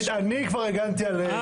הבעיה היא לא הפליטים מאוקראינה,